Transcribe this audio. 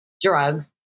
drugs